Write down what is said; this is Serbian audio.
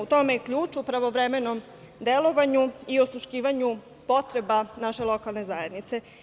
U tome je ključ, u pravovremenom delovanju i osluškivanju potreba naše lokalne zajednice.